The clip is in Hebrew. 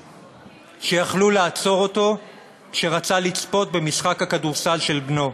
שיכול לעצור אותו כשרצה לצפות במשחק הכדורסל של בנו.